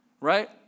right